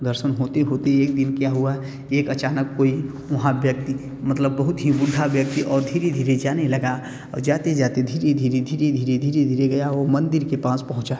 दर्शन होते होते एक दिन क्या हुआ एक अचानक कोई वहाँ व्यक्ति मतलब बहुत ही बुड्ढा व्यक्ति और धीरे धीरे जाने लगा जाते जाते धीर धीरे धीरे धीरे धीरे धीरे गया वह मंदिर के पास पहुँचा